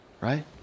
right